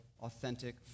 authentic